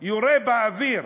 יורה באוויר,